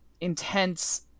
intense